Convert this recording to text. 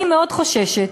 אני מאוד חוששת.